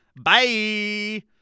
Bye